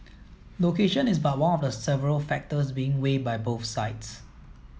location is but one of several factors being weighed by both sides